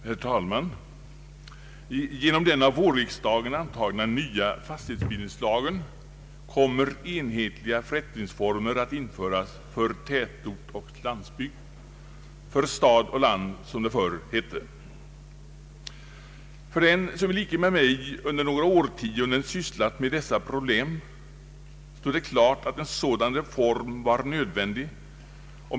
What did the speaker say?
Herr talman! Genom den av vårriksdagen antagna nya fastighetsbildningslagen kommer enhetliga förrättningsformer att införas för tätort och landsbygd, för stad och land som det förr hette. För den som i likhet med mig under några årtionden sysslat med dessa problem har det stått klart att en sådan reform var nödvändig.